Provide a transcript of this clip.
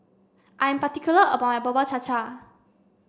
I am particular about my Bubur Cha Cha